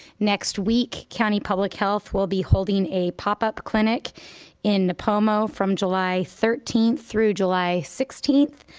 next week, county public health will be holding a pop-up clinic in nipomo from july thirteenth through july sixteenth.